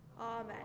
Amen